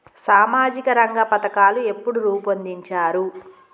సామాజిక రంగ పథకాలు ఎప్పుడు రూపొందించారు?